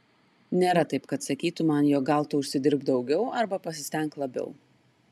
nėra taip kad sakytų man jog gal tu užsidirbk daugiau arba pasistenk labiau